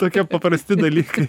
tokie paprasti dalykai